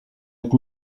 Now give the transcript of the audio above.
êtes